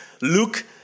Luke